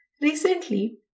Recently